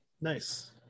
Nice